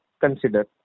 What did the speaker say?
consider